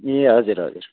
ए हजुर हजुर